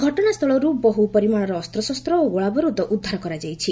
ଘଟଣାସ୍ଥଳରୁ ବହୁ ପରିମାଣର ଅସ୍ତ୍ରଶସ୍ତ ଓ ଗୋଳାବାରୁଦ ଉଦ୍ଧାର କରାଯାଇଛି